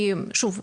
כי שוב,